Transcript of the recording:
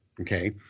okay